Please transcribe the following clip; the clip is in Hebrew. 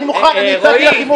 אני מבקש להודיע שתי הודעות.